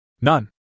None